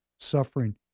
suffering